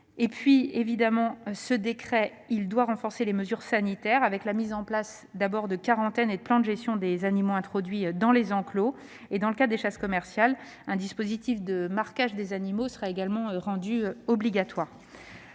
voeux. Évidemment, ce décret doit renforcer les mesures sanitaires, avec la mise en place de quarantaines et de plans de gestion des animaux introduits dans les enclos ; dans le cadre des chasses commerciales, un dispositif de marquage des animaux sera également rendu obligatoire.